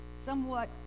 somewhat